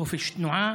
חופש תנועה,